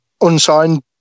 unsigned